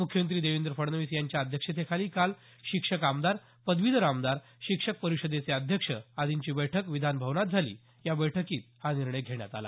मुख्यमंत्री देवेंद्र फडणवीस यांच्या अध्यक्षतेखाली काल शिक्षक आमदार पदवीधर आमदार शिक्षक परिषदेचे अध्यक्ष आदींची बैठक विधानभवनात झाली या बैठकीत हा निर्णय घेण्यात आला